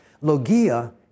logia